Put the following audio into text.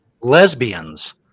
Lesbians